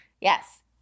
Yes